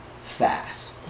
fast